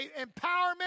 empowerment